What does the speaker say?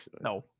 no